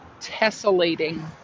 tessellating